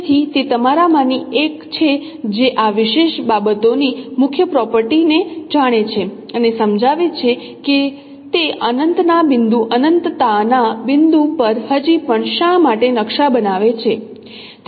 તેથી તે તમારામાંની એક છે જે આ વિશેષ બાબતોની મુખ્ય પ્રોપર્ટી ને જાણે છે અને સમજાવે છે કે તે અનંત ના બિંદુ અનંતતા ના બિંદુ પર હજી પણ શા માટે નકશા બનાવે છે